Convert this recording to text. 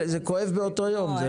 זה כואב באותו יום.